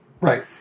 Right